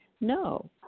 No